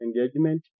engagement